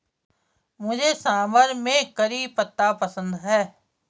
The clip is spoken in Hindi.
मुझे सांभर में करी पत्ता पसंद है